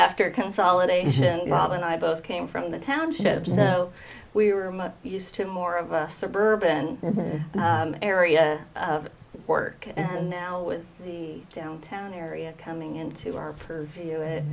after consolidation bob and i both came from the townships now we were much used to more of a suburban area of work and now with the downtown area coming into our purview